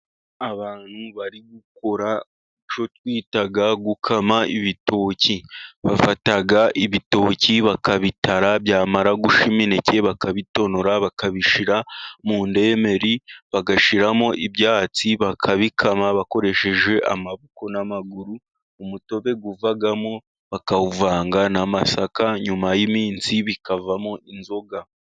Abantu bari gukora icyo twita gukama ibitoki, bafata ibitoki bakabitara, byamara gushya, imineke bakayitonora bakabishyira mu ndemberi, bagashyiramo ibyatsi, bakabikama bakoresheje amaboko n'amaguru; umutobe wavamo bakawuvanga n'amasaka nyuma y'iminsi bikavamo inzoga.